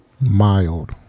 Mild